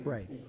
Right